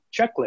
checklist